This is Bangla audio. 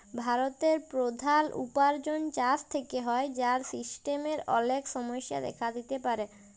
ভারতের প্রধাল উপার্জন চাষ থেক্যে হ্যয়, যার সিস্টেমের অলেক সমস্যা দেখা দিতে পারে